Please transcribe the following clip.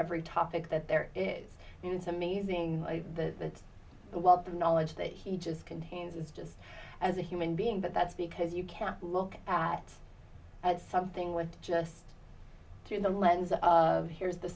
every topic that there is it is amazing that the wealth of knowledge that he just contains is just as a human being but that's because you can't look at as something with just through the lens of here's the